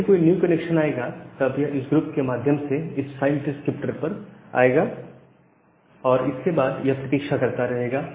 जब भी कोई न्यू कनेक्शन आएगा तब यह इस ग्रुप के माध्यम से इस फाइल डिस्क्रिप्टर पर आएगा और इसके बाद यह प्रतीक्षा करता रहेगा